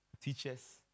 teachers